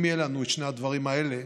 אם יהיו לנו שני הדברים האלה,